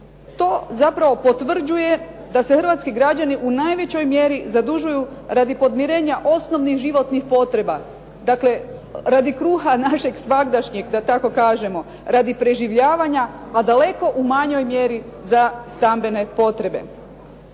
To zapravo potvrđuje da se hrvatski građani u najvećoj mjeri zadužuju radi podmirenja osnovnih životnih potreba. Dakle, radi kruha našeg svagdašnjeg, da tako kažemo, radi preživljavanja, a daleko u manjoj mjeri za stambene potrebe.